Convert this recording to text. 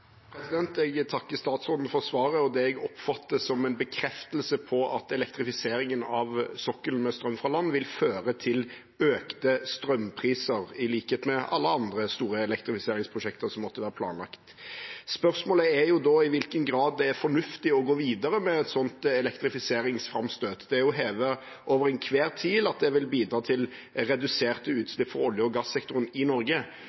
Jeg takker statsråden for svaret og det jeg oppfatter som en bekreftelse på at elektrifiseringen av sokkelen med strøm fra land vil føre til økte strømpriser, i likhet med alle andre store elektrifiseringsprosjekter som måtte være planlagt. Spørsmålet er da i hvilken grad det er fornuftig å gå videre med et sånt elektrifiseringsframstøt. Det er hevet over enhver tvil at det vil bidra til reduserte utslipp fra olje- og gassektoren i Norge.